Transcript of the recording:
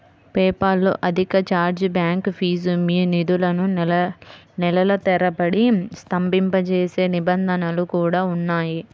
PayPal లో అధిక chargeback fees, మీ నిధులను నెలల తరబడి స్తంభింపజేసే నిబంధనలు కూడా ఉన్నాయి